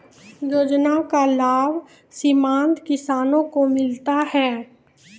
योजना का लाभ सीमांत किसानों को मिलता हैं?